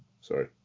Sorry